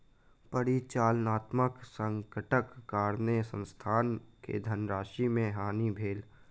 परिचालनात्मक संकटक कारणेँ संस्थान के धनराशि के हानि भेल